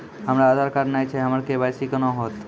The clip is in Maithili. हमरा आधार कार्ड नई छै हमर के.वाई.सी कोना हैत?